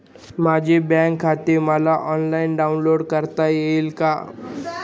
माझे बँक खाते मला ऑनलाईन डाउनलोड करता येईल का?